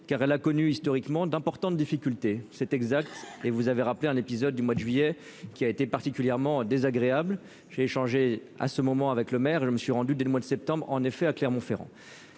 car elle a connu historiquement d'importantes difficultés c'est exact et vous avez rappelé un épisode du mois de juillet qui a été particulièrement désagréable, j'ai changé à ce moment avec le maire et je me suis rendu dès le mois de septembre, en effet, à Clermont-Ferrand.